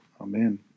Amen